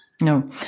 No